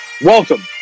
Welcome